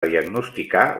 diagnosticar